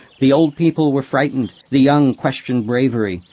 the old people were frightened. the young questioned bravery.